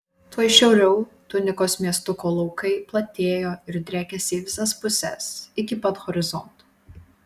tuoj šiauriau tunikos miestuko laukai platėjo ir driekėsi į visas puses iki pat horizonto